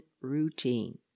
routine